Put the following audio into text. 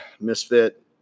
misfit